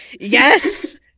Yes